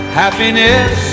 happiness